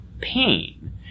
pain